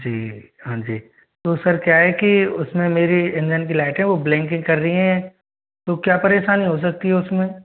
जी हाँ जी तो सर क्या है कि उसमें मेरे इंजन की लाइट है वो ब्लिंकिंग कर रही है तो क्या परेशानी हो सकती है उसमें